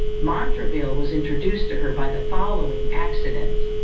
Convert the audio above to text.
montraville was introduced to her by the following accident.